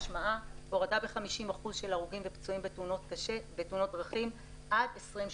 משמעה הורדה ב-50% של הרוגים ופצועים בתאונות דרכים עד 2030,